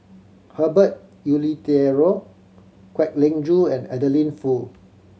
Herbert Eleuterio Kwek Leng Joo and Adeline Foo